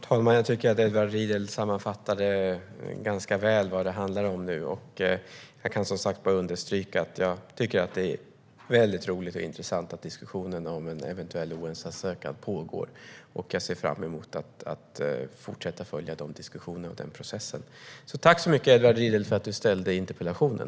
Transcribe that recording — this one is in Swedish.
Herr talman! Edward Riedl sammanfattar ganska väl vad det handlar om nu. Jag kan bara understryka att det är roligt och intressant att diskussionen om en eventuell OS-ansökan pågår. Jag ser fram emot att fortsätta följa de diskussionerna och den processen. Tack, Edward Riedl, för att du ställde interpellationen!